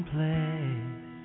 Place